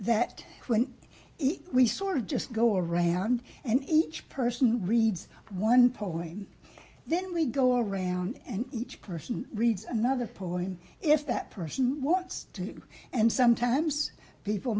that when we sort of just go around and each person reads one poem then we go around and each person reads another poem if that person wants to and sometimes people